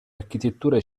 architettura